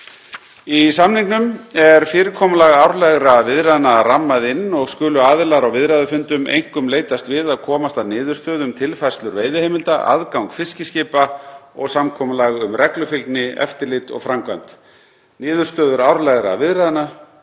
Í samningnum er fyrirkomulag árlegra viðræðna rammað inn og skulu aðilar á viðræðufundum einkum leitast við að komast að niðurstöðu um tilfærslur veiðiheimilda, aðgang fiskiskipa og samkomulag um reglufylgni, eftirlit og framkvæmd. Niðurstöður árlegra viðræðna